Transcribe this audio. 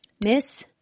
Miss